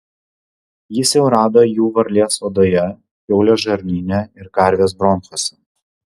jis jau rado jų varlės odoje kiaulės žarnyne ir karvės bronchuose